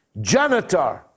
janitor